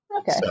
Okay